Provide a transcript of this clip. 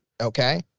Okay